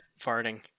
farting